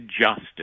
justice